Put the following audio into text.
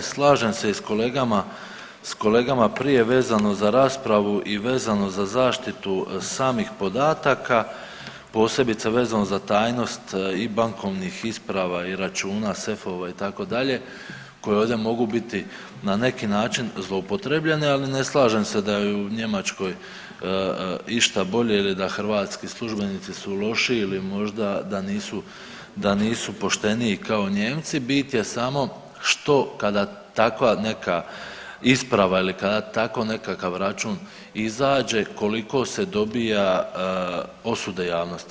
Slažem se i s kolegama, s kolegama prije vezano za raspravu i vezano za zaštitu samih podataka, posebice vezano za tajnost i bankovnih isprava, i računa, sefova itd. koje ovdje mogu biti na neki način zloupotrebljene, ali ne slažem se da je u Njemačkoj išta bolje ili da hrvatski službenici su loši ili možda da nisu, da nisu pošteniji kao Nijemci, bit je samo što kada takva neka isprava ili kada tako nekakav račun izađe koliko se dobija osude javnosti.